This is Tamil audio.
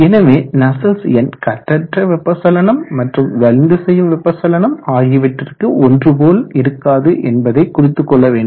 எனவே நஸ்சல்ட்ஸ் எண் கட்டற்ற வெப்ப சலனம் மற்றும் வலிந்து செய்யும் வெப்ப சலனம் ஆகியவற்றிற்கு ஒன்று போல் இருக்காது என்பதை குறித்து கொள்ள வேண்டும்